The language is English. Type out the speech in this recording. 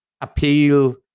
appeal